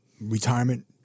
retirement